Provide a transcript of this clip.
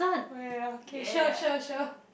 oh ya okay sure sure sure